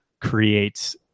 creates